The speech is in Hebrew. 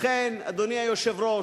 לכן, אדוני היושב-ראש,